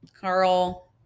Carl